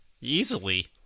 easily